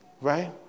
right